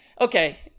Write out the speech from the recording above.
okay